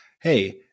hey